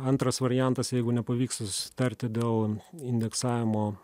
antras variantas jeigu nepavyksta susitarti dėl indeksavimo